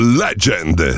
legend